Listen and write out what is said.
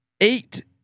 eight